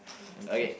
okay